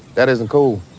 that isn't cool.